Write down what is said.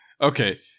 okay